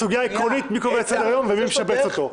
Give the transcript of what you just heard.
הסוגיה העקרונית מי קורא את סדר-היום ומי משבץ אותו.